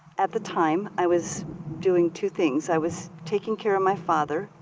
at the time, i was doing two things. i was taking care of my father,